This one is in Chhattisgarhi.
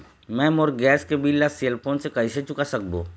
मैं मोर गैस के बिल ला सेल फोन से कइसे चुका सकबो?